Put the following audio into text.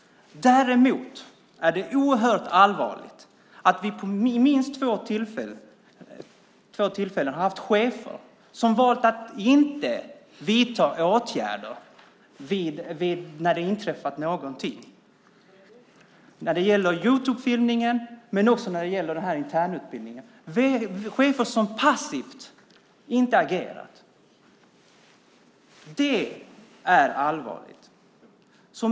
Däremot är det oerhört allvarligt att vi vid minst två tillfällen har haft chefer som har valt att inte vidta åtgärder när det har inträffat någonting - när det gäller Youtubefilmningen men också när det gäller den här internutbildningen. Det är chefer som har varit passiva och inte agerat. Det är allvarligt.